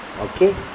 Okay